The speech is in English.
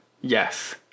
yes